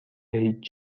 هیچ